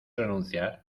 renunciar